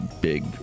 big